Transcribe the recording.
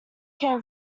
come